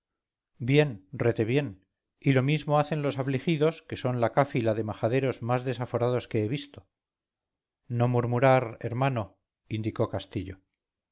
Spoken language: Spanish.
bien retebién y lo mismo hacen los afligidos que son la cáfila de majaderos más desaforados que he visto no murmurar hermano indicó castillo